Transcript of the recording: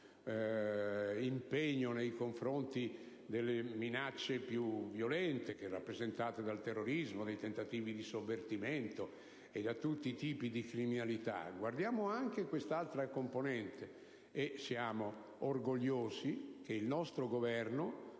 impegno nei confronti delle minacce più violente, rappresentate dal terrorismo, dai tentativi di sovvertimento e da tutti i tipi di criminalità: guardiamo anche a quest'altra componente. E siamo orgogliosi che il nostro Governo